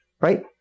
right